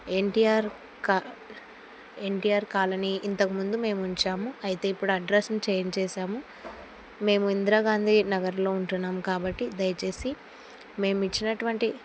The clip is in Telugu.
ఎన్టీఆర్ కా ఎన్టీఆర్ కాలనీ ఇంతకుముందు మేము ఉంచాము అయితే ఇప్పుడు అడ్రస్ని చేంజ్ చేశాము మేము ఇందిరా గాంధీ నగర్లో ఉంటున్నాము కాబట్టి దయచేసి మేము ఇచ్చినటువంటి